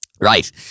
Right